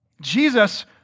Jesus